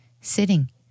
sitting